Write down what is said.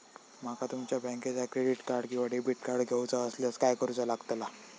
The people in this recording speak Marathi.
माका तुमच्या बँकेचा क्रेडिट कार्ड किंवा डेबिट कार्ड घेऊचा असल्यास काय करूचा लागताला?